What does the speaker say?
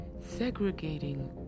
segregating